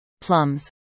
plums